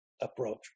approach